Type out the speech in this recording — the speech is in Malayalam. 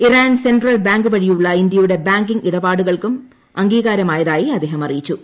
ഇറാൻ സെൻട്രൽ ബാങ്ക് വഴിയുള്ള ഇന്ത്യയുടെ ബാങ്കിങ് ഇടപാടുകൾക്കും അംഗീകാരമായതായി അദ്ദേഹം അറിയിച്ചു